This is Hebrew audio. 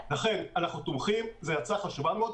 לכן אנחנו תומכים, זו הצעה חשובה מאוד.